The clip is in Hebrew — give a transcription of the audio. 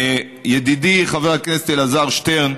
ידידי חבר הכנסת אלעזר שטרן,